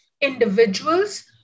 individuals